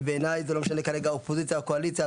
ובעיניי, זה לא משנה כרגע אופוזיציה או קואליציה.